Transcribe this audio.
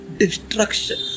destruction